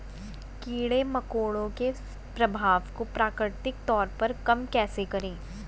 कीड़े मकोड़ों के प्रभाव को प्राकृतिक तौर पर कम कैसे करें?